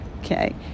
Okay